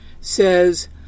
says